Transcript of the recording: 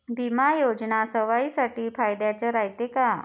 बिमा योजना सर्वाईसाठी फायद्याचं रायते का?